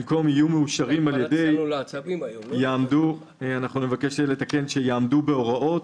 במקום "יהיו מאושרים על ידי" נבקש לתקן: "שיעמדו בהוראות",